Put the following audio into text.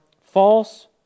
false